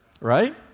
right